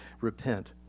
repent